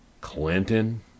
Clinton